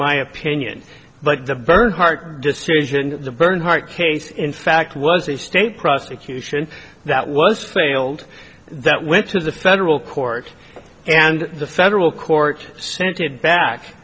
my opinion but the bernhardt decision bernhardt case in fact was a state prosecution that was failed that went to the federal court and the federal court sent it back